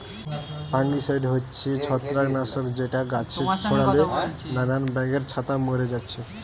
fungicide হচ্ছে ছত্রাক নাশক যেটা গাছে ছোড়ালে নানান ব্যাঙের ছাতা মোরে যাচ্ছে